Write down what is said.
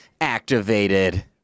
activated